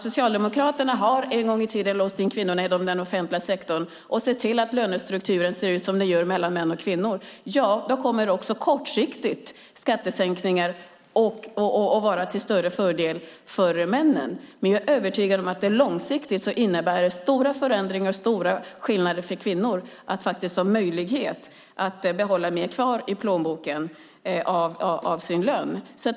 Socialdemokraterna har en gång i tiden låst in kvinnor i den offentliga sektorn och sett till att lönestrukturen ser ut som den gör mellan män och kvinnor, och då kommer skattesänkningar kortsiktigt att vara till större fördel för männen. Men jag är övertygad om att det långsiktigt innebär stora förändringar och stora skillnader för kvinnor så att de faktiskt får möjlighet att behålla mer av sin lön i plånboken.